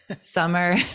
summer